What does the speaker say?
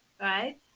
right